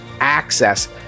access